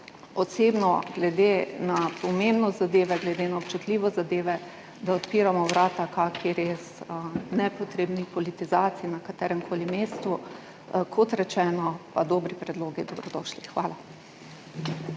osebno glede na pomembnost zadeve, glede na občutljivost zadeve, da odpiramo vrata kakšni res nepotrebni politizaciji na kateremkoli mestu. Kot rečeno pa so dobri predlogi dobrodošli. Hvala.